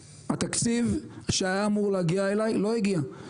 התקציב שהיה אמור להגיע אליי, לא הגיע.